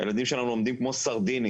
הילדים שלנו לומדים כמו סרדינים,